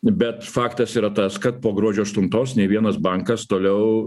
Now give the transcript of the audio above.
bet faktas yra tas kad po gruodžio aštuntos nei vienas bankas toliau